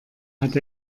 hat